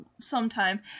sometime